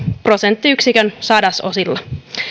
prosenttiyksikön sadasosilla